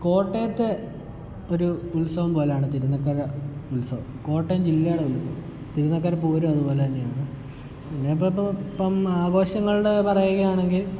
കോട്ടയത്തെ ഒരു ഉത്സവം പോലെയാണ് തിരുനക്കര ഉത്സവം കോട്ടയം ജില്ലയുടെ ഉത്സവം തിരുനക്കര പൂരം അതുപോലെ തന്നെയാണ് ഇനിയിപ്പപ്പം ആഘോഷങ്ങളുടെ പറയുകയാണെങ്കിൽ